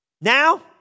Now